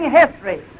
history